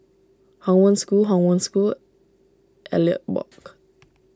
Hong Wen School Hong Wen School Elliot Walk